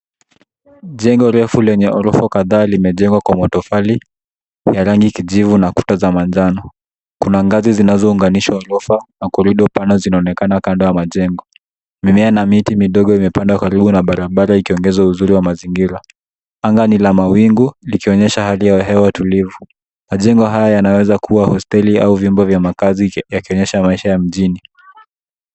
Jengo refu lina rangi ya kijivu na limejengwa kwa matofali, kuta zake ni za manjano. Kuna ngazi zinazoizunguka jengo hilo na milango pana inayoonekana mbele yake. Pande za jengo zipo miti midogo iliyopandwa ambayo inaleta uzuri zaidi katika mazingira hayo. Angani kuna mawingu yanayoonyesha hali ya hewa tulivu. Jengo hili linaweza kuwa hosteli au nyumba za makazi, likionyesha maisha ya mijini.